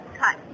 cut